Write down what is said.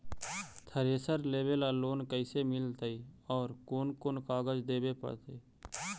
Thresher लेबे ल loan कैसे मिलतइ और कोन कोन कागज देबे पड़तै?